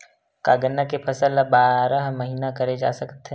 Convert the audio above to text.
का गन्ना के फसल ल बारह महीन करे जा सकथे?